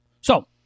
So-